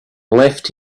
left